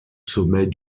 sommet